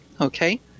Okay